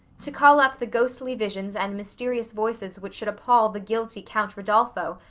to call up the ghostly visions and mysterious voices which should appall the guilty count rodolpho,